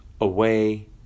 away